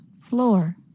floor